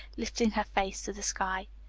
lifting her face to the sky.